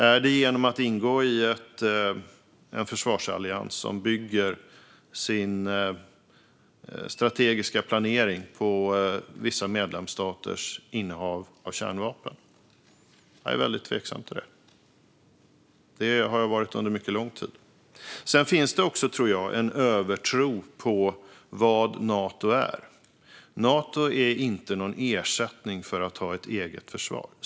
Är det genom att ingå i en försvarsallians som bygger sin strategiska planering på vissa medlemsstaters innehav av kärnvapen? Jag är väldigt tveksam till det, och det har jag varit under mycket lång tid. Jag tror att det också finns en övertro på vad Nato är. Nato är inte någon ersättning för att ha ett eget försvar.